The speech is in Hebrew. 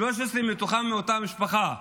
13 מהם מאותה משפחה.